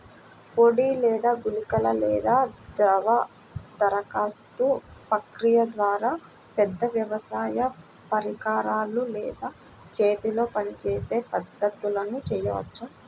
పొడి లేదా గుళికల లేదా ద్రవ దరఖాస్తు ప్రక్రియల ద్వారా, పెద్ద వ్యవసాయ పరికరాలు లేదా చేతితో పనిచేసే పద్ధతులను చేయవచ్చా?